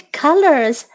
colors